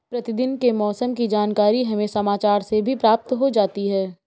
प्रतिदिन के मौसम की जानकारी हमें समाचार से भी प्राप्त हो जाती है